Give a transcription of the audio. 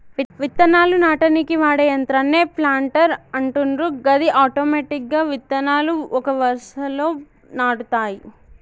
విత్తనాలు నాటనీకి వాడే యంత్రాన్నే ప్లాంటర్ అంటుండ్రు గది ఆటోమెటిక్గా విత్తనాలు ఒక వరుసలో నాటుతాయి